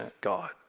God